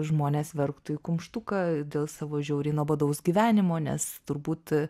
žmonės verktų į kumštuką dėl savo žiauriai nuobodaus gyvenimo nes turbūt